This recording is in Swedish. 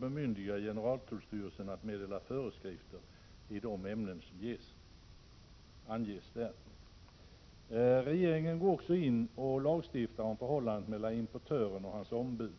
bemyndiga generaltullstyrelsen att meddela föreskrifter i de ämnen som anges i dessa paragrafer. Regeringens förslag innebär också att man lagstiftar om förhållandet mellan importören och dennes ombud.